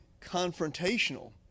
confrontational